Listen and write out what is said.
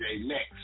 next